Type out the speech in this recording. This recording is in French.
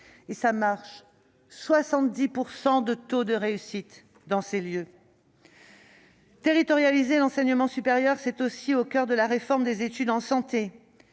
Et cela marche : le taux de réussite est de 70 % dans ces lieux. Territorialiser l'enseignement supérieur était aussi au coeur de la réforme des études en santé.